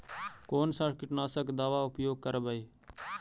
कोन सा कीटनाशक दवा उपयोग करबय?